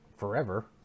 forever